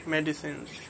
Medicines